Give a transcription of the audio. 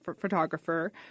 photographer